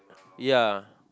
ya